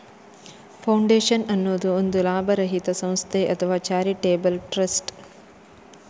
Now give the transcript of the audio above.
foundation ಅನ್ನುದು ಒಂದು ಲಾಭರಹಿತ ಸಂಸ್ಥೆ ಅಥವಾ ಚಾರಿಟೇಬಲ್ ಟ್ರಸ್ಟ್